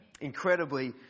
Incredibly